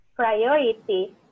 priority